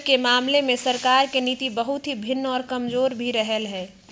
कर के मामले में सरकार के नीति बहुत ही भिन्न और कमजोर भी रहले है